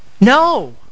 No